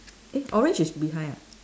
eh orange is behind ah